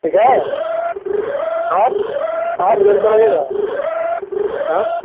ठीक है है साठ हज़ार रुपया लगेगा हैं